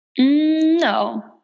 No